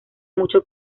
mucho